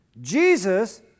Jesus